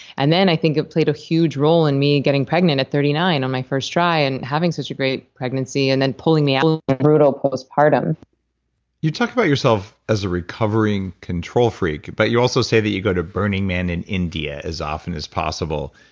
and then i think it played a huge role in me getting pregnant at thirty nine on my first try and having such a great pregnancy, and then pulling me out of a brutal postpartum you talk about yourself as a recovering control freak, but you also say that you go to burning man and india as often as possible.